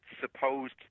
supposed